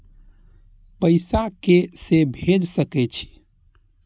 पैसा के से भेज सके छी?